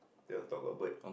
there on top got bird